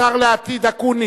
השר לעתיד אקוניס,